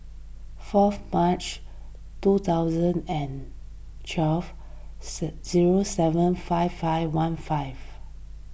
fourth March two thousand and twelve zero seven five five one five